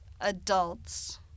adults